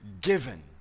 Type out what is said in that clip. given